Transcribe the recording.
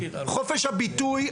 חופש הביטוי,